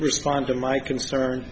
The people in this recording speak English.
respond to my concern